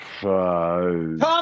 Tom